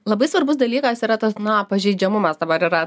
labai svarbus dalykas yra tas na pažeidžiamumas dabar yra